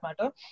matter